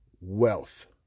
wealth